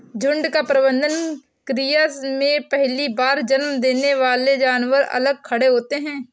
झुंड का प्रबंधन क्रिया में पहली बार जन्म देने वाले जानवर अलग खड़े होते हैं